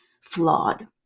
flawed